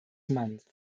months